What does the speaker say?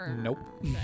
Nope